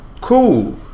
cool